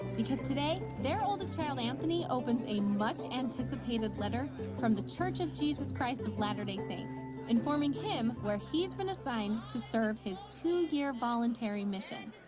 because today their oldest child anthony opens a much-anticipated letter from the church of jesus christ of latter-day saints informing him where he's been assigned to serve his two-year voluntary mission.